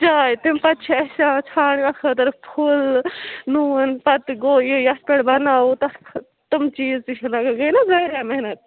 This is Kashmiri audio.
چاے تیٚمۍ پَتہٕ چھِ اَسہِ اَتھ خٲطرٕ پھُل نوٗن پَتہٕ گوٚو یہِ یَتھ پٮ۪ٹھ بَناوو تَتھ تِم چیٖز تہِ چھِ لَگان گٔے نَہ واریاہ محنت